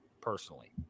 personally